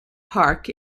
park